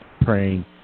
praying